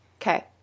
Okay